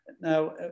Now